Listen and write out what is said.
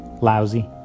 lousy